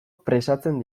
presatzen